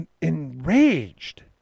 enraged